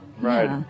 Right